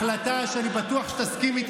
החלטה שאני בטוח שתסכים איתי,